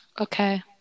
Okay